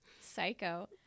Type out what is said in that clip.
psycho